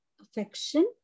affection